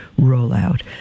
rollout